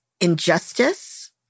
injustice